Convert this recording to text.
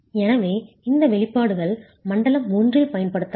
எனவே இந்த வெளிப்பாடுகள் மண்டலம் 1 இல் பயன்படுத்தப்படலாம்